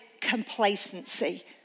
complacency